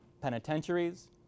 penitentiaries